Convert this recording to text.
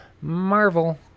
Marvel